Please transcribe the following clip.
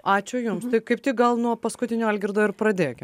ačiū jums kaip tik gal nuo paskutinio algirdo ir pradėki